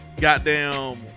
Goddamn